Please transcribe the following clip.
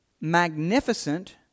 magnificent